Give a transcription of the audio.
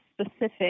specific